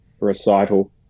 recital